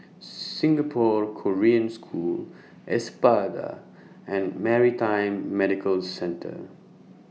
Singapore Korean School Espada and Maritime Medical Centre